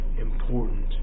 important